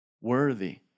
worthy